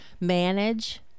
manage